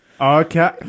Okay